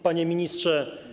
Panie Ministrze!